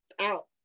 out